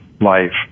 life